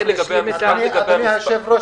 לזה --- אדוני היושב-ראש,